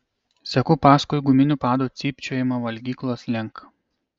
seku paskui guminių padų cypčiojimą valgyklos link